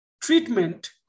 treatment